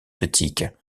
critiques